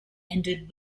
ended